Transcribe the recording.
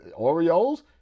Oreos